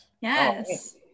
Yes